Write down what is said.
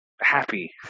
happy